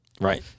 right